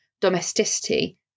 domesticity